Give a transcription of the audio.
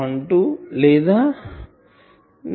12 లేదా 0